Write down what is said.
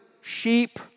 sheep